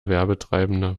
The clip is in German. werbetreibende